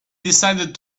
decided